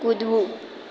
કૂદવું